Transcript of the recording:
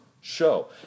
show